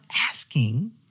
asking